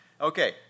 Okay